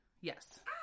Yes